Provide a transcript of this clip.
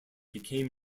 became